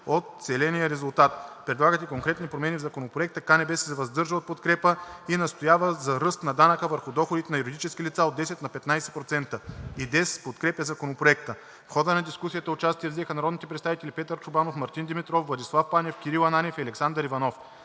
от целения резултат. Предлагат и конкретни промени в Законопроекта. КНСБ се въздържа от подкрепа и настояват за ръст на данъка върху доходите на юридическите лица от 10% на 15%. ИДЕС подкрепят Законопроекта. В хода на дискусията участие взеха народните представители Петър Чобанов, Мартин Димитров, Владислав Панев, Кирил Ананиев и Александър Иванов.